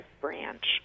branch